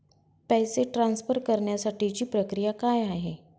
पैसे ट्रान्सफर करण्यासाठीची प्रक्रिया काय आहे?